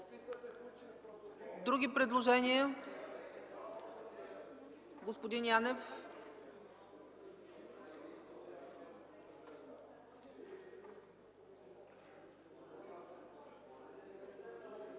Други предложения? Господин Янев.